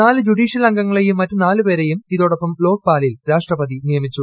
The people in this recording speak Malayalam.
നാല് ജുഡീഷ്യൽ അംഗങ്ങളെയും മറ്റ് നാലുപേരെയും ഇതോടൊപ്പം ലോക്പാലിൽ രാഷ്ട്രപതി നിയമിച്ചു